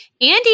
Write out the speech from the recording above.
Andy